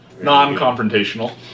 non-confrontational